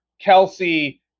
Kelsey